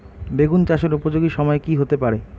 বেগুন চাষের উপযোগী সময় কি হতে পারে?